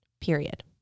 period